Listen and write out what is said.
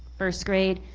first grade,